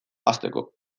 hasteko